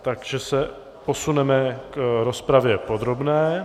Takže se posuneme k rozpravě podrobné.